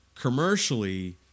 commercially